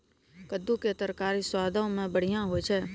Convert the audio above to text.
कद्दू के तरकारी स्वादो मे बढ़िया होय छै